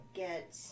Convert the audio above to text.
get